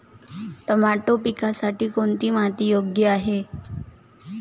Tomato पिकासाठी कोणती माती योग्य आहे?